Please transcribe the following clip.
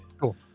Cool